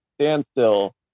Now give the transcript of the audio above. standstill